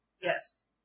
Yes